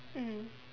mmhmm